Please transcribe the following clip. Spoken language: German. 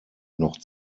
noch